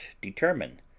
determine